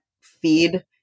feed